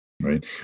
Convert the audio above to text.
Right